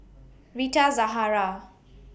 Rita Zahara